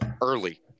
early